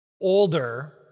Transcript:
older